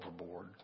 overboard